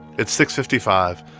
it's six fifty five.